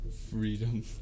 Freedom